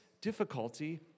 difficulty